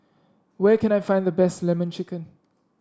where can I find the best lemon chicken